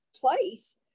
place